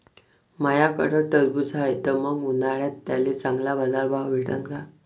माह्याकडं टरबूज हाये त मंग उन्हाळ्यात त्याले चांगला बाजार भाव भेटन का?